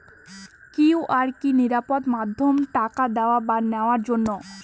QR কি নিরাপদ মাধ্যম টাকা দেওয়া বা নেওয়ার জন্য?